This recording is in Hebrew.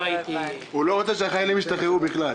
הוא לא רוצה שהחיילים ישתחררו בכלל...